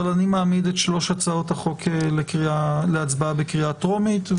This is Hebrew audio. אבל אני מעמיד את שלוש הצעות החוק להצבעה בקריאה טרומית,